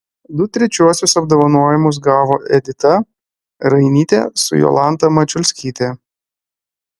du trečiuosius apdovanojimus gavo edita rainytė su jolanta mačiulskyte